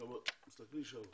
באינטרנט ואנשים נכנסים לראות.